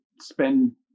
spend